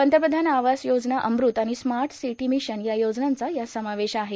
पंतप्रधान आवास योजना अमृत आणि स्मार्ट सिटी मिशन या योजनांचा यात समावेश आहे